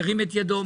ירים את ידו.